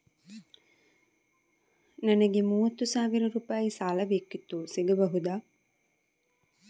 ನನಗೆ ಮೂವತ್ತು ಸಾವಿರ ರೂಪಾಯಿ ಸಾಲ ಬೇಕಿತ್ತು ಸಿಗಬಹುದಾ?